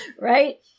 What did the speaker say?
Right